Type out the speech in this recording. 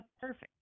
perfect